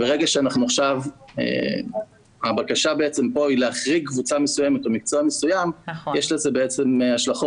הבקשה כאן היא להחריג קבוצה מסוימת או מקצוע מסוים ויש לזה השלכות